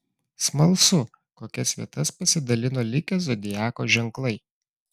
smalsu kokias vietas pasidalino likę zodiako ženklai